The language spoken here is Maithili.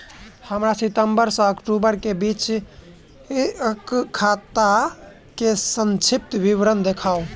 हमरा सितम्बर सँ अक्टूबर केँ बीचक खाता केँ संक्षिप्त विवरण देखाऊ?